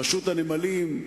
רשות הנמלים,